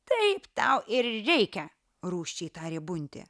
taip tau ir reikia rūsčiai tarė buntė